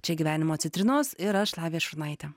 čia gyvenimo citrinos ir aš lavija šurnaitė